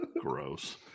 Gross